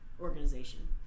organization